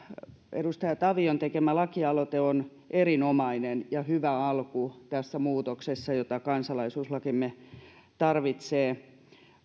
edustaja tavion tekemä lakialoite on erinomainen ja hyvä alku tässä muutoksessa jota kansalaisuuslakimme tarvitsee